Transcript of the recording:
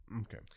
Okay